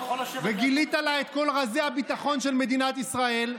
וגילית לה את כל רזי הביטחון של מדינת ישראל.